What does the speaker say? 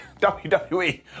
WWE